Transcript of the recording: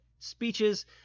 speeches